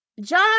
John